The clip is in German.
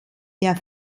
der